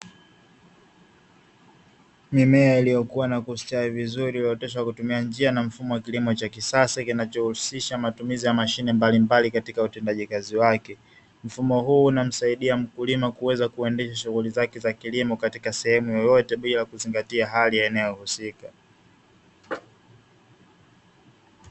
Mimea iliyokuwa na kustawi vizuri huoteshwa kwa kutumia njia na mfumo wa kisasa kinachohusisha matumizi ya mashine mbalimbali katika utendaji kazi wake, mfumo huu unamsaidia mkulima kuweza kuendesha shughuli zake za kilimo katika sehemu yoyote bila kuzingatia hali ya eneo husika.